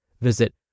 Visit